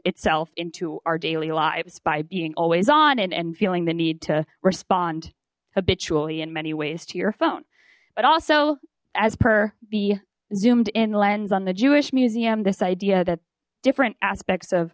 it self into our daily lives by being always on and feeling the need to respond habitually in many ways to your phone but also as per the zoomed in lens on the jewish museum this idea that different aspects of